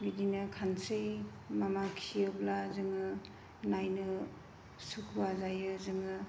बिदिनो खानस्रि माबा खियोब्ला जोङो नायनो सुखुवा जायो जोङो